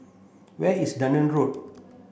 where is Dunearn Road